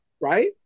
right